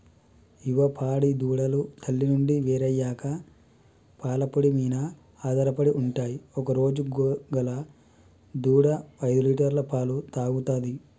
యువ పాడి దూడలు తల్లి నుండి వేరయ్యాక పాల పొడి మీన ఆధారపడి ఉంటయ్ ఒకరోజు గల దూడ ఐదులీటర్ల పాలు తాగుతది